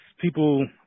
people